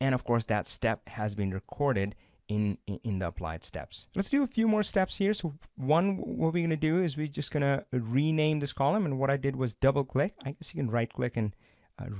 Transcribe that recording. and of course that step has been recorded in in the applied steps let's do a few more steps here so one what we're gonna do is we're just gonna rename this column and what i did was double click i guess you can right-click and